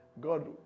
God